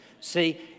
See